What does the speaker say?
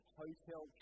hotel